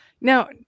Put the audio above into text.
Now